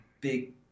big